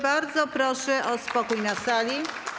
Bardzo proszę o spokój na sali.